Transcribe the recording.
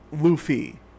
Luffy